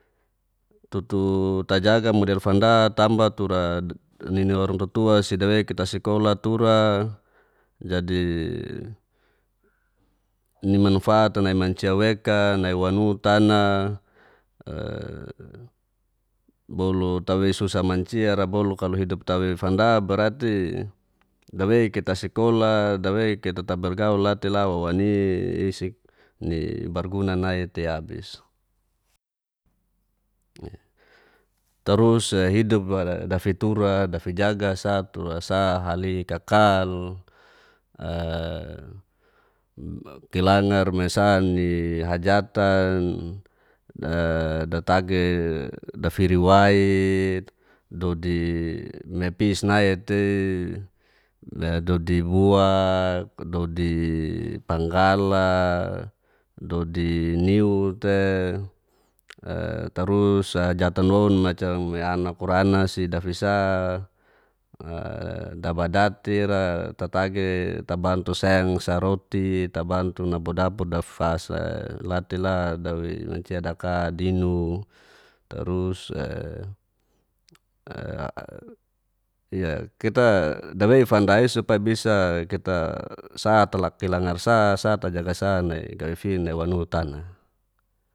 Tutu tajaga model fanda tamba tura ninawaru tutua sidawe kita sekolah tura, jadi nimanfaat'a nai mancia wekan nai wanu tana bolu tawei susa manciara bolu kalu idup tawei fanda berarti dawei kita sekolah, dawei kita tabergaul latila wawani'isik ni barguna nai tei abis. tarus'a hidup dafitura dafijaga satua sa halikakal kilangar mesan nihajatan, datagi dafiriwait dodi naipis nai'a te dodibuak. dodipanggala, dodiniute, tarus'a jatanoun macam anakuranaksi dafisa dabadati'ra tatagi tabantu deng saroti. tabantu nabu-dabu daf'fas latela dawei mancia daka' dinu. Tarus kita dawei fandai supaya bisa kita sateak kilangarsa satajaga sa nai gafin nai wanu tana.